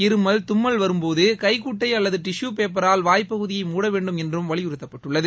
இருமல் தும்மல் வரும்போது கைக்குட்டை அல்லது டிஷு பேப்பர்களால் வாய் பகுதியை மூட வேண்டும் என்றும் வலியுறுத்தப்பட்டுள்ளது